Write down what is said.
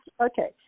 Okay